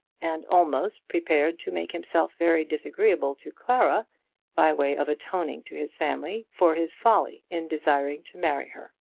and almost prepared to make himself very disagreeable to clara by way of atoning to his family for his folly in desiring to marry her.